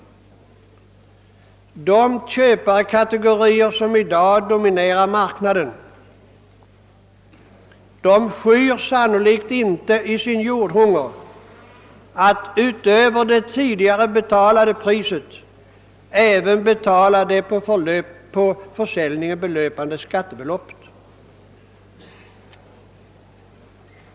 De köparkategorier som i dag dominerar marknaden skyr sannolikt inte i sin jordhunger att utöver det tidigare betalade priset även betala det på försäljningen belöpande skattebeloppet.